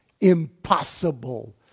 Impossible